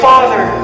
Father